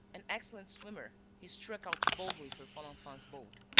an excellent swimmer, he struck out boldly for folenfant's boat.